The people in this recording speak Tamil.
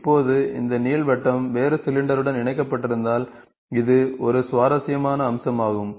இப்போது இந்த நீள்வட்டம் வேறு சிலிண்டருடன் இணைக்கப்பட்டிருந்தால் இது ஒரு சுவாரஸ்யமான அம்சமாகும்